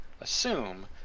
assume